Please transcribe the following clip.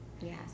Yes